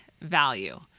value